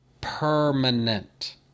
permanent